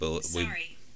Sorry